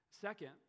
Second